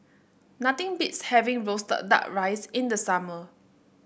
nothing beats having roasted duck rice in the summer